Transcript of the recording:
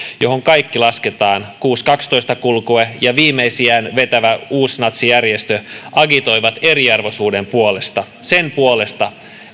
johon kaikki lasketaan kuusisataakaksitoista kulkue ja viimeisiään vetävä uusnatsijärjestö agitoivat eriarvoisuuden puolesta sen puolesta